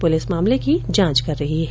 police मामले की जांच कर रही है